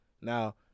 Now